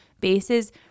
bases